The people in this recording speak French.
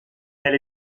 elle